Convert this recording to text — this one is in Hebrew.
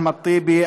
אחמד טיבי,